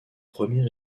premier